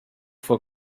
for